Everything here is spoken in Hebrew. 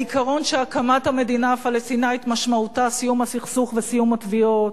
העיקרון שהקמת המדינה הפלסטינית משמעותה סיום הסכסוך וסיום התביעות,